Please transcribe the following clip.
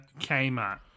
Kmart